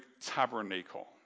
tabernacle